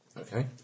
Okay